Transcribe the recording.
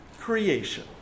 creation